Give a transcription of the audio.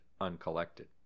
uncollected